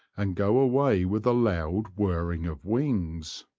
and go away with a loud whirring of wings.